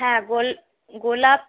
হ্যাঁ গোল গোলাপ